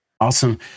Awesome